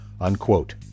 unquote